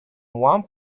one